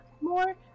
more